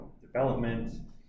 development